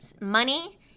money